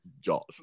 Jaws